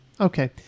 Okay